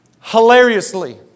hilariously